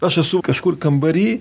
aš esu kažkur kambary